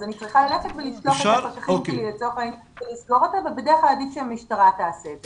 אז אני צריכה ללכת ולסגור אותה אבל עדיף שהמשטרה תעשה את זה.